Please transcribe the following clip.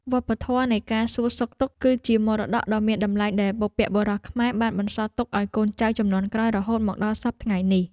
វប្បធម៌នៃការសួរសុខទុក្ខគឺជាមរតកដ៏មានតម្លៃដែលបុព្វបុរសខ្មែរបានបន្សល់ទុកឱ្យកូនចៅជំនាន់ក្រោយរហូតមកដល់សព្វថ្ងៃនេះ។